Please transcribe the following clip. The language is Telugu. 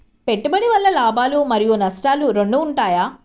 పెట్టుబడి వల్ల లాభాలు మరియు నష్టాలు రెండు ఉంటాయా?